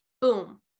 boom